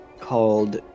called